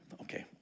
Okay